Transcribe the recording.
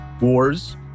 wars